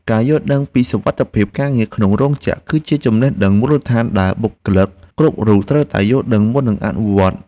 ការយល់ដឹងពីសុវត្ថិភាពការងារក្នុងរោងចក្រ គឺជាចំណេះដឹងមូលដ្ឋានដែលបុគ្គលិកគ្រប់រូបត្រូវតែយល់ដឹងនិងអនុវត្ត។